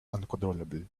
uncontrollably